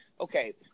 Okay